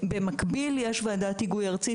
במקביל יש וועדת היגוי ארצית,